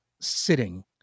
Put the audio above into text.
sitting